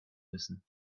müssen